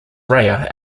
rea